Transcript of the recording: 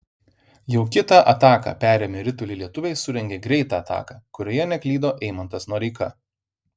jau kitą ataką perėmę ritulį lietuviai surengė greitą ataką kurioje neklydo eimantas noreika